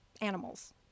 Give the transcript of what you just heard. animals